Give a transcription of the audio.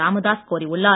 ராமதாஸ் கோரியுள்ளார்